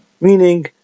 Meaning